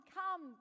come